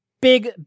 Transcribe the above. big